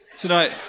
tonight